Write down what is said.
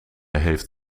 heeft